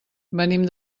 venim